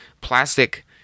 plastic